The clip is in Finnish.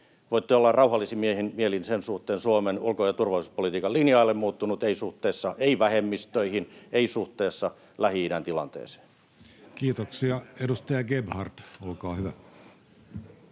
Voitte olla rauhallisin mielin sen suhteen. Suomen ulko- ja turvallisuuspolitiikan linja ei ole muuttunut, ei suhteessa vähemmistöihin, ei suhteessa Lähi-idän tilanteeseen. [Eduskunnasta: Älkää